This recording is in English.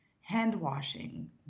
hand-washing